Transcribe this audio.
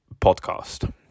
podcast